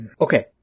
Okay